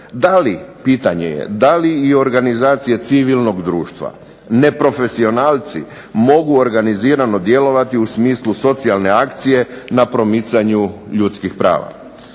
Da li, pitanje je, da li organizacije civilnog društva, neprofesionalci mogu organizirano djelovati u smislu socijalne akcije na promicanju ljudskih prava.